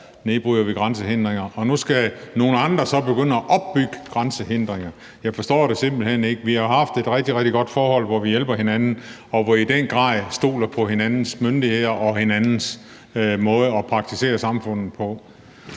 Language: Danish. nedbryder vi grænsehindringer. Nu skal nogle andre så begynde at opbygge grænsehindringer. Jeg forstår det simpelt hen ikke. Vi har haft et rigtig, rigtig godt forhold, hvor vi hjælper hinanden, og hvor vi i den grad stoler på hinandens myndigheder og hinandens måde at forvalte samfundet på.